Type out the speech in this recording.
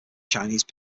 chinese